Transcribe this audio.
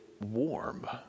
warm